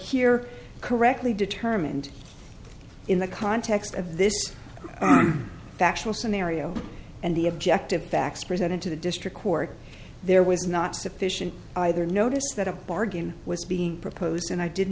here correctly determined in the context of this factual scenario and the objective facts presented to the district court there was not sufficient either notice that a bargain was being proposed and i did